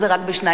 זה רק ב-2.5%.